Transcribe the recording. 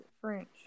French